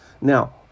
Now